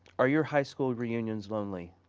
are your high school reunions lonely?